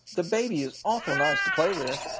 the baby is awful nice to play with.